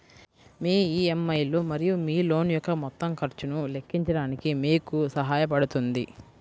మీ EMI లు మరియు మీ లోన్ యొక్క మొత్తం ఖర్చును లెక్కించడానికి మీకు సహాయపడుతుంది